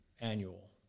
annual